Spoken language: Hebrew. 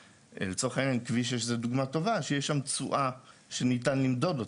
לצורך העניין כביש 6 זו דוגמה טובה שיש שם תשואה שניתן למדוד אותה.